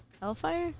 hellfire